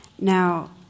Now